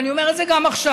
ואני אומר את זה גם עכשיו: